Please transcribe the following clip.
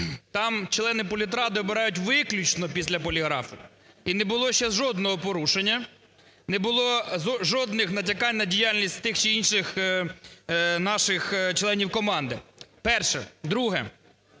Там членів політради обирають виключно після поліграфу. І не було ще жодного порушення, не було жодних натякань на діяльність тих чи інших наших членів команди. Перше. Друге.